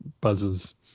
buzzes